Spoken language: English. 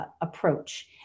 Approach